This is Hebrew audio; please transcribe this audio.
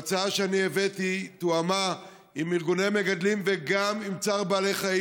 ההצעה שאני הבאתי תואמה עם ארגוני המגדלים וגם עם צער בעלי חיים,